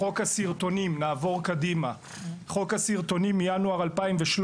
חוק הסרטונים מינואר 2013,